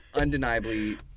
undeniably